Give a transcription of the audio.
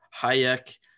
Hayek